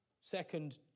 Second